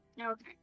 Okay